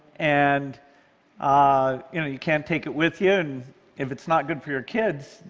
and ah you know you can't take it with you, and if it's not good for your kids,